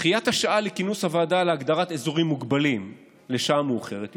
דחיית כינוס הוועדה להגדרת אזורים מוגבלים לשעה מאוחרת יותר,